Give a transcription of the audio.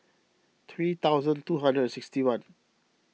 three thousand two hundred and sixty one